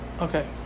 Okay